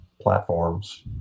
platforms